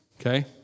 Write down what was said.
okay